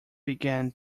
began